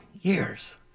years